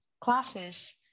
classes